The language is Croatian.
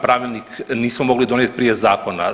Pravilnik nismo mogli donijeti prije zakona.